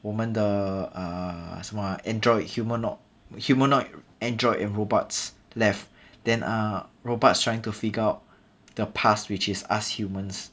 我们的 uh 什么啊 android human orb humanoid android and robots left then uh robots trying to figure out the past which is us humans